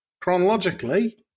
chronologically